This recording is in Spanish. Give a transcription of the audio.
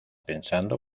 pensando